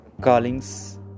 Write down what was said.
callings